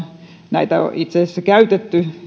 näitä itse asiassa käytetty